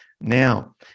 Now